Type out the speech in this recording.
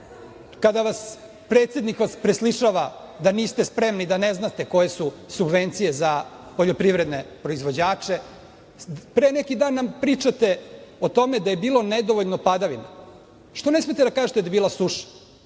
kampanju. Predsednik vas preslišava da niste spremni, da ne znate koje su subvencije za poljoprivredne proizvođače. Pre neki dan nam pričate o tome da je bilo nedovoljno padavina. Zašto ne smete da kažete da je bila suša?